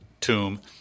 tomb